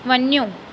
वञो